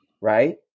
right